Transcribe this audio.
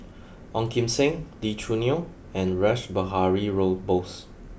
Ong Kim Seng Lee Choo Neo and Rash Behari Road Bose